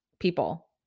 People